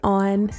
on